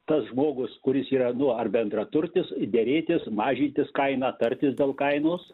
tas žmogus kuris yra nu ar bendraturtis derėtis mažytis kainą tartis dėl kainos